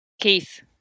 keith